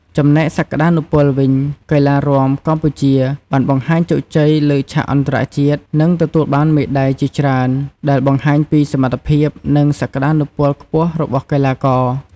ចំណែកសក្ដានុពលវិញ កីឡារាំកម្ពុជាបានបង្ហាញជោគជ័យលើឆាកអន្តរជាតិ និងទទួលបានមេដៃជាច្រើន ដែលបង្ហាញពីសមត្ថភាព និងសក្តានុពលខ្ពស់របស់កីឡាករ។